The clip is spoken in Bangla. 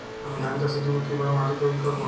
আমি ধান চাষের জন্য কি ভাবে মাটি তৈরী করব?